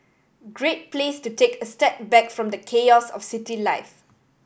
great place to take a step back from the chaos of city life